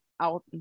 out